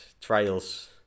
trials